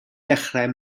dechrau